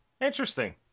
Interesting